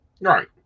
right